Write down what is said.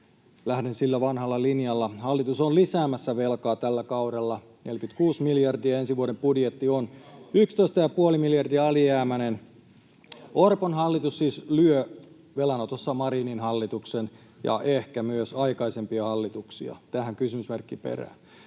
lähden sillä vanhalla linjalla. — Hallitus on lisäämässä velkaa tällä kaudella 46 miljardia, ja ensi vuoden budjetti on 11,5 miljardia alijäämäinen. Orpon hallitus siis lyö velanotossa Marinin hallituksen, ja ehkä myös aikaisempia hallituksia — tähän kysymysmerkki perään.